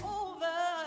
over